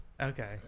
Okay